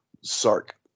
Sark